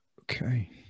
okay